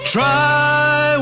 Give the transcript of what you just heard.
Try